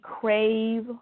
crave